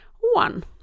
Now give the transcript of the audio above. One